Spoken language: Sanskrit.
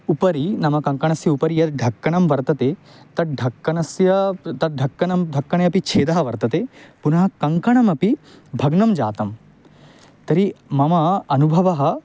उपरि नाम कङ्कणस्य उपरि यद् ढक्कनं वर्तते तद् ढक्कनस्य प् तद् ढक्कनं ढक्कनेपि छेदः वर्तते पुनः कङ्कणमपि भग्नं जातं तर्हि मम अनुभवः